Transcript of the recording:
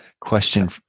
question